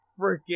freaking